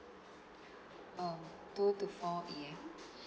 um book the four P_M